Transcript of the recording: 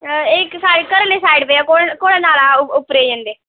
एह् इक साढ़े घर आह्ली साइड पेआ घोड़ा नाला उप्परे ई जंदे